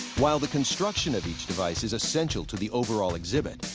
while the construction of each device is essential to the overall exhibit,